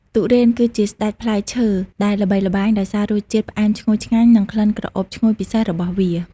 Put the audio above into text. ទុរេន គឺជាស្តេចផ្លែឈើដែលល្បីល្បាញដោយសាររសជាតិផ្អែមឈ្ងុយឆ្ងាញ់ និងក្លិនក្រអូបឈ្ងុយពិសេសរបស់វា។